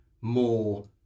more